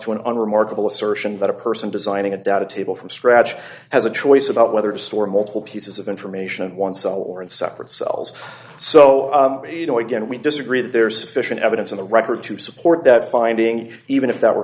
to an unremarkable assertion that a person designing a data table from scratch has a choice about whether it's for multiple pieces of information in one cell or in separate cells so you know again we disagree that there is sufficient evidence in the record to support that finding even if that were